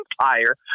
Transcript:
empire